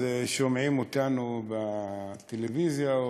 אז שומעים אותנו בטלוויזיה,